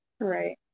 Right